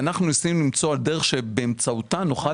ואנחנו ניסינו למצוא דרך שבאמצעותה נוכל